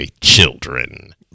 children